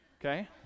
Okay